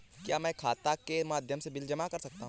क्या मैं खाता के माध्यम से बिल जमा कर सकता हूँ?